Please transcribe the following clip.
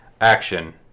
Action